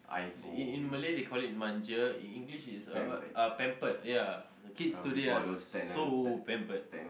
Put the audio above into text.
in in Malay they call it manja in English it's uh what uh pampered ya kids today are so pampered